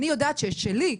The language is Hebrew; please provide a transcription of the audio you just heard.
אני יודעת שאת שלי,